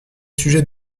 sujets